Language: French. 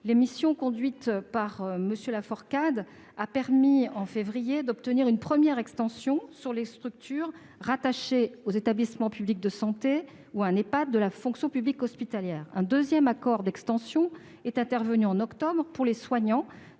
La mission conduite par M. Laforcade a permis, en février, d'obtenir une première extension pour les structures rattachées aux établissements publics de santé et les Ehpad relevant de la fonction publique hospitalière. Un deuxième accord d'extension est intervenu en octobre pour les soignants